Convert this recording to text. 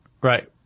Right